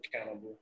accountable